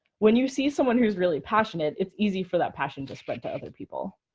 when you see someone who is really passionate, it's easy for that passion to spread to other people.